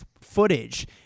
footage